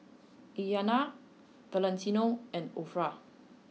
Iyana Valentino and Orah